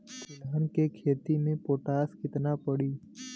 तिलहन के खेती मे पोटास कितना पड़ी?